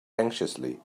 anxiously